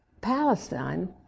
Palestine